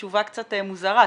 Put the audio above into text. תשובה קצת מוזרה,